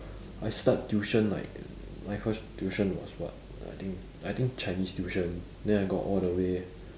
I start tuition like my first tuition was what I think I think chinese tuition then I go all the way